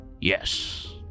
Yes